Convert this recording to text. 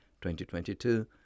2022